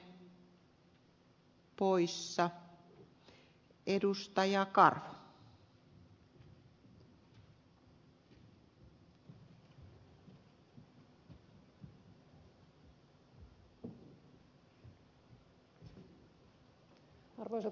arvoisa puhemies